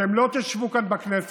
אתם לא תשבו כאן בכנסת,